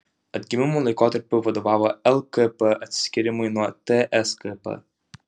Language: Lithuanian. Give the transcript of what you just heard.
atgimimo laikotarpiu vadovavo lkp atsiskyrimui nuo tskp